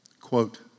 quote